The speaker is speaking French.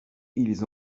ils